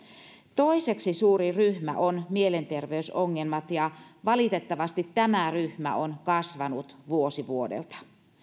toiseksi suurin ryhmä on mielenterveysongelmat ja valitettavasti tämä ryhmä on kasvanut vuosi vuodelta